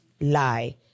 lie